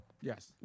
Yes